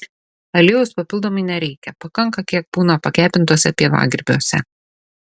aliejaus papildomai nereikia pakanka kiek būna pakepintuose pievagrybiuose